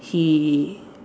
he